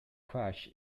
crash